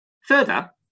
Further